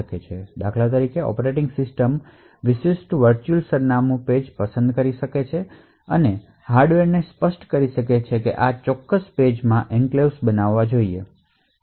ઉદાહરણ તરીકે operating system વિશિષ્ટ વર્ચુઅલ ઍડ્રેસ પેજ પસંદ કરી શકે છે અને હાર્ડવેરને સ્પષ્ટ કરી શકે છે કે આ ચોક્કસ પેજ માં એન્ક્લેવ્સ બનાવવી જોઈએ